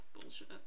Bullshit